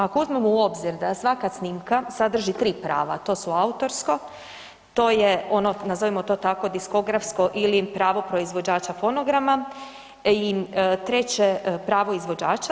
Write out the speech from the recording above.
Ako uzmemo u obzir da svaka snimka sadrži 3 prava, a to su autorsko, to je ono, nazovimo to tako, diskografsko ili pravo proizvođača fonograma i 3. pravo izvođača.